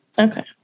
Okay